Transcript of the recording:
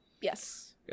yes